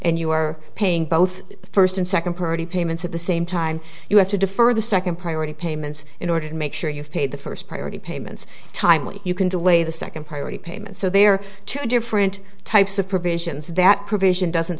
and you are paying both first and second party payments at the same time you have to defer the second priority payments in order to make sure you've paid the first priority payments timely you can delay the second priority payment so there are two different types of provisions that provision doesn't